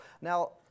Now